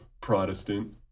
Protestant